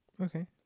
Okay